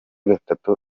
gatatu